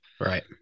Right